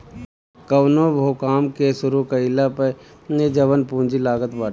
कवनो भो काम के शुरू कईला पअ जवन पूंजी लागत बाटे